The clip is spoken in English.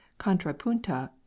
contrapunta